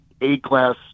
A-class